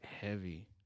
Heavy